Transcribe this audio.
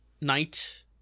night